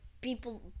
people